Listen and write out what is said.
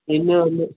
நீங்கள் வந்து